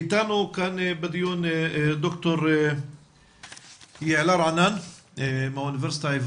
איתנו בדיון ד"ר יעלה דיין בבקשה.